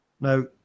Now